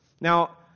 Now